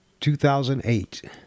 2008